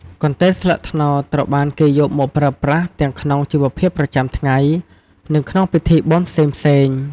កន្ទេលស្លឹកត្នោត ត្រូវបានគេយកមកប្រើប្រាស់ទាំងក្នុងជីវភាពប្រចាំថ្ងៃ និងក្នុងពិធីបុណ្យផ្សេងៗ។